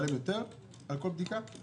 משלם יותר על כל בדיקה?